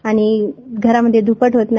आणि घरामध्ये ध्कट होत नाही